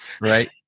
right